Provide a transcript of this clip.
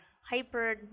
Hyper